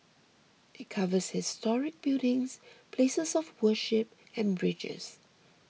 it covers historic buildings places of worship and bridges